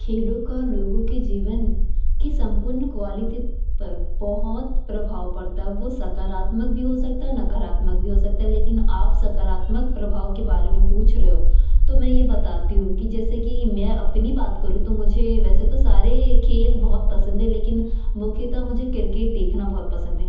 खेलों का लोगों के जीवन की सम्पूर्ण पर बहुत प्रभाव पड़ता है वो सकारात्मक भी हो सकता है नकारात्मक भी हो सकता है लेकिन आप सकारात्मक प्रभाव के बारे में पूछ रहे हो तो मैं ये बताती हूँ कि जैसे कि मैं अपनी बात करूँ तो मुझे वैसे तो सारे खेल बहुत पसंद है लेकिन मुख्यतः मुझे किरकेट देखना बहुत पसंद है